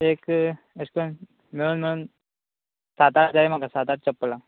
एक अश कोन्न मेळून मेळून सात आठ जाय म्हाका सात आठ चप्पलां